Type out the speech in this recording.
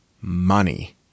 money